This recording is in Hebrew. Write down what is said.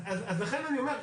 אז לכן אני אומר,